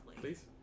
Please